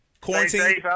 Quarantine